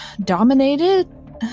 dominated